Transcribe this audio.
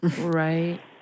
Right